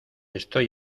estoy